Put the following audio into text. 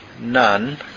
none